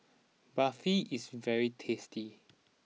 Barfi is very tasty